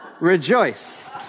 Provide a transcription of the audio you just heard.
Rejoice